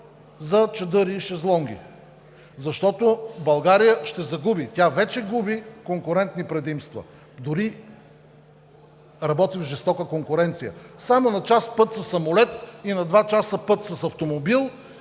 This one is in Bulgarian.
за чадъри и шезлонги, защото България ще загуби. Тя вече губи конкурентни предимства, дори работи в жестока конкуренция. Само на час път със самолет и на два часа път с автомобил